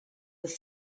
with